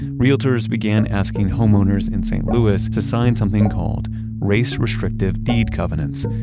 realtors began asking homeowners in st. louis to sign something called race restrictive deed covenants.